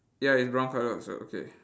ya it's brown colour also okay